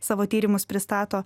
savo tyrimus pristato